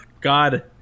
god